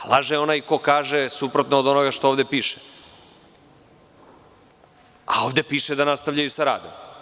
Laže onaj ko kaže da suprotno od onoga što ovde piše, a ovde piše da nastavljaju sa radom.